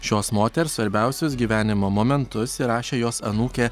šios moters svarbiausius gyvenimo momentus įrašė jos anūkė